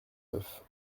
neuf